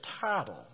title